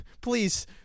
please